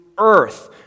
earth